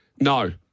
No